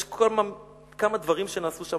יש כמה דברים שנעשו שם,